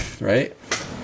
right